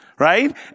Right